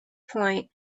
point